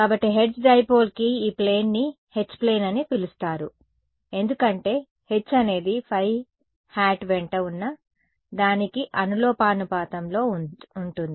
కాబట్టి Hertz dipole కి ఈ ప్లేన్ని H ప్లేన్ అని పిలుస్తారు ఎందుకంటే H అనేది ϕ వెంట ఉన్న దానికి అనులోమానుపాతంలో ఉంటుంది